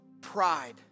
pride